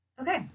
Okay